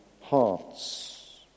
hearts